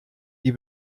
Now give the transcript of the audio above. die